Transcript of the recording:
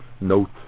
note